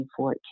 2014